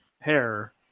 hair